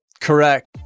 correct